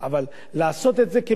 אבל לעשות את זה כמקצוע,